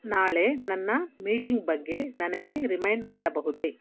ನಾಳೆ ನನ್ನ ಮೀಟಿಂಗ್ ಬಗ್ಗೆ ನನಗೆ ರಿಮೈಂಡ್ ಮಾಡಬಹುದೇ